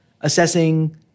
assessing